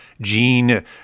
Gene